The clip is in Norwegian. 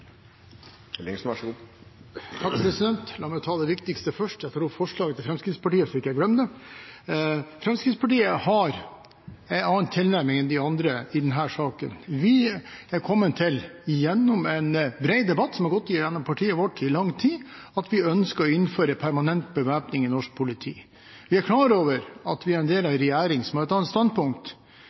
La meg ta det viktigste først, nemlig ta opp forslaget fra Fremskrittspartiet, så jeg ikke glemmer det. Fremskrittspartiet har en annen tilnærming enn de andre i denne saken. Vi er kommet til gjennom en bred debatt som har gått i partiet vårt i lang tid, at vi ønsker å innføre permanent bevæpning i norsk politi. Vi er klar over at vi er en del av en regjering som har et annet standpunkt,